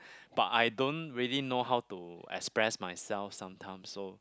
but I don't really know how to express myself sometimes so